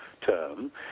term